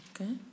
Okay